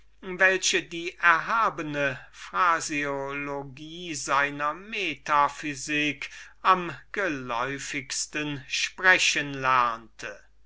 welche den erhabenen jargon seiner philosophie am geläufigsten reden lernte